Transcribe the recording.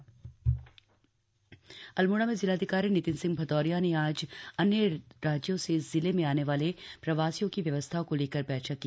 बैठक अल्मोडा अल्मोड़ा में जिलाधिकारी नितिन सिंह भदौरिया ने अन्य राज्यों से जिले में आने वाले प्रवासियों की व्यवस्थाओं को लेकर बैठक की